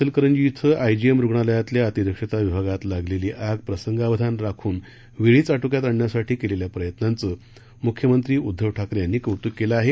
कोल्हापूर जिल्ह्यातल्या चेलकरंजी आयजीएम रुग्णालयातल्या अतिदक्षता विभागात लागलेली आग प्रसंगावधान राखून वेळीच आटोक्यात आणण्यासाठी केलेल्या प्रयत्नांचं मुख्यमंत्री उद्धव ठाकरे यांनी कौतूक केलं आहे